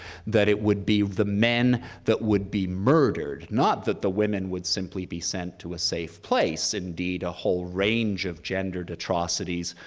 that it would be the men that would be murdered, not that the women would simply be sent to a safe place. indeed, a whole range of gendered atrocities,